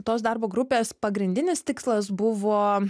tos darbo grupės pagrindinis tikslas buvo